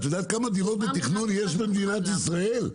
את יודעת כמה דירות בתכנון יש במדינת ישראל?